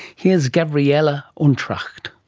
here's gavrielle untracht.